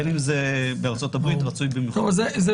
אפילו אם האישה לא פתחה, גם אם זה בארצות הברית.